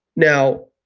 now,